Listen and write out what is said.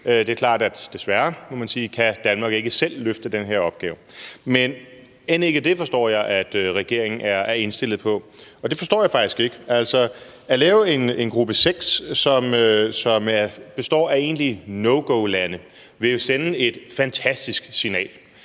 Det er klart – desværre, må man sige – at Danmark ikke selv kan løfte den her opgave. Men end ikke det forstår jeg at regeringen er indstillet på, og det forstår jeg faktisk ikke. At lave en gruppe 6, som består af egentlige no go-lande, vil jo sende et fantastisk signal.